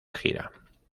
gira